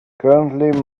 currently